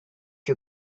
you